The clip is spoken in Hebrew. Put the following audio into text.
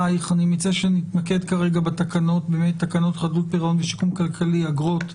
3. הצעת תקנות חדלות פירעון ושיקום כלכלי (אגרות)